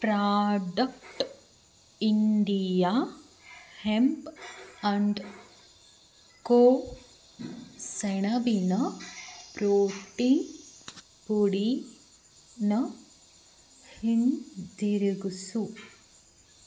product India hemp and co ಸೆಣಬಿನ protein ಪುಡಿ ನ ಹಿಂದಿರುಗಿಸು